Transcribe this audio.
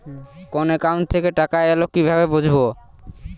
কোন একাউন্ট থেকে টাকা এল কিভাবে বুঝব?